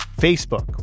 Facebook